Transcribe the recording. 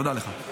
תודה לך.